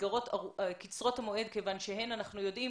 המסגרות קצרות המועד כיוון שאנחנו יודעים